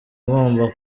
ngomba